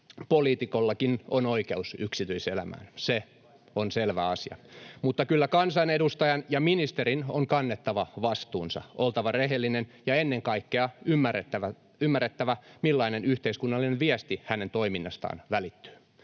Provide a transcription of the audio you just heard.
Poliitikollakin on oikeus yksityiselämään. Se on selvä asia. Mutta kyllä kansanedustajan ja ministerin on kannettava vastuunsa, oltava rehellinen ja ennen kaikkea ymmärrettävä, millainen yhteiskunnallinen viesti hänen toiminnastaan välittyy.